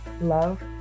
Love